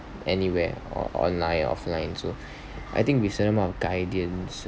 anywhere or online offline so I think with a certain amount of guidance